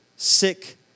sick